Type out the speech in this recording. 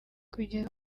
kugeza